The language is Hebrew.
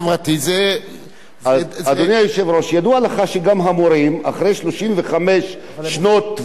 ידוע לך שגם המורים אחרי 35 שנות ותק יכולים לצאת לפנסיה.